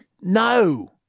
No